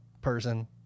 person